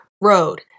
road